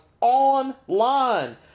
online